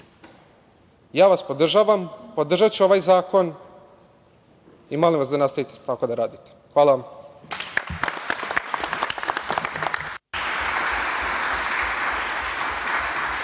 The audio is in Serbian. građana. Podržavam vas, podržaću ovaj zakon i molim vas da nastavite tako da radite. Hvala vam.